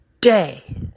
day